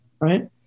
Right